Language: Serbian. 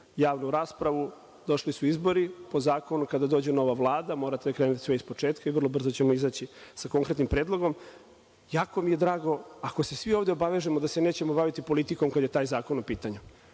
javnu raspravu. Došli su izbori. Po zakonu kada dođe nova vlada, morate da krenete sve ispočetka i vrlo brzo ćemo izaći sa konkretnim predlogom. Jako mi je drago ako se svi ovde obavežemo ako se nećemo baviti politikom kada je taj zakon u pitanju,